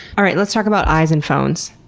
alright, let's talk about eyes and phones.